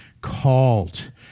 called